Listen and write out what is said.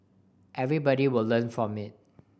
everybody will learn from it